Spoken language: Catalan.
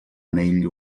anell